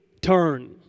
turn